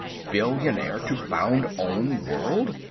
billionaire to found own world.